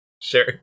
Sure